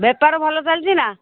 ବେପାର ଭଲ ଚାଲିଛି ନା